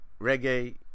reggae